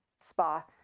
spa